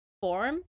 form